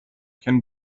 can